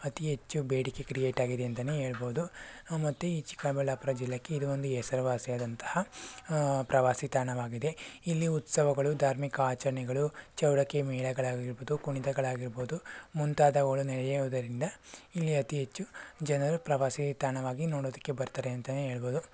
ಅತಿ ಹೆಚ್ಚು ಬೇಡಿಕೆ ಕ್ರಿಯೇಟ್ ಆಗಿದೆ ಅಂತಲೇ ಹೇಳಬಹುದು ಮತ್ತೆ ಈ ಚಿಕ್ಕಬಳ್ಳಾಪುರ ಜಿಲ್ಲೆಗೆ ಇದು ಒಂದು ಹೆಸರುವಾಸಿ ಆದಂತಹ ಪ್ರವಾಸಿ ತಾಣವಾಗಿದೆ ಇಲ್ಲಿ ಉತ್ಸವಗಳು ಧಾರ್ಮಿಕ ಆಚರಣೆಗಳು ಚೌಡಕ್ಕಿ ಮೇಳಗಳಾಗಿರಬಹುದು ಕುಣಿತಗಳಾಗಿರಬಹುದು ಮುಂತಾದವುಗಳು ನಡೆಯೋದರಿಂದ ಇಲ್ಲಿ ಅತಿ ಹೆಚ್ಚು ಜನರು ಪ್ರವಾಸಿ ತಾಣವಾಗಿ ನೋಡೋದಕ್ಕೆ ಬರ್ತಾರೆ ಅಂತಲೇ ಹೇಳಬಹುದು